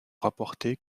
rapporté